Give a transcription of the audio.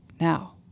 Now